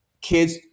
kids